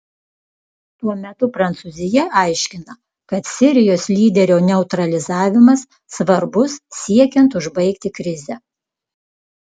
tuo metu prancūzija aiškina kad sirijos lyderio neutralizavimas svarbus siekiant užbaigti krizę